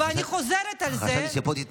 ואני חוזרת על זה.